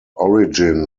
origin